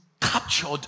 captured